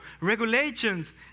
regulations